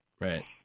Right